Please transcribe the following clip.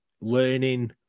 learning